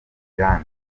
iran